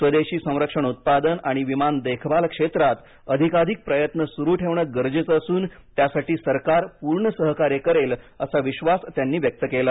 स्वदेशी संरक्षण उत्पादन आणि विमान देखभाल क्षेत्रात अधिकाधिक प्रयत्न सुरू ठेवणं गरजेचं असून त्यासाठी सरकार पूर्ण सहकार्य करेल असा विश्वास त्यांनी व्यक्त केला